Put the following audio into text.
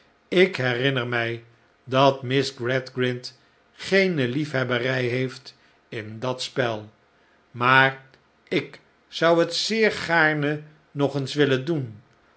ik herinner mij dat miss gradgrind geene liefhebberij heeft in dat spel maar ik zou het zeer gaarne nog eens willen doen